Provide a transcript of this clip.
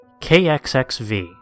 KXXV